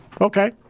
Okay